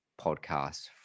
podcast